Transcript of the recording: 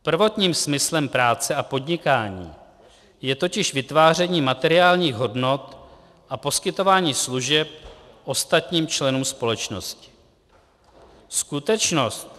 Prvotním smyslem práce a podnikání je totiž vytváření materiálních hodnot a poskytování služeb ostatním členům společnosti. Skutečnost...